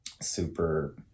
super